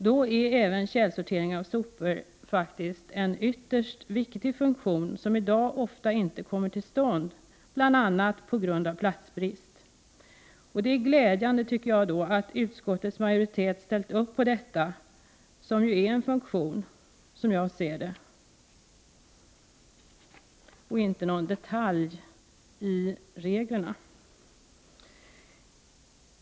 Då är även källsortering av sopor en ytterst viktig funktion, som i dag ofta inte kommer till stånd, bl.a. på grund av platsbrist. Det är glädjande att utskottsmajoriteten ställt sig bakom detta tillkännagivande, som enligt min mening gäller en funktion och inte någon detalj i reglerna.